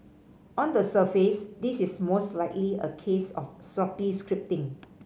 on the surface this is most likely a case of sloppy scripting